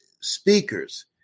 speakers